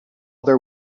their